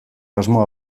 asmoa